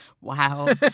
Wow